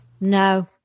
no